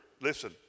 listen